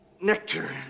nectar